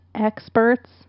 experts